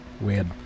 Weird